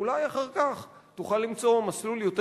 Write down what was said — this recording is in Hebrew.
ואולי אחר כך תוכל למצוא מסלול יותר